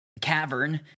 cavern